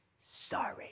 Sorry